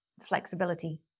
flexibility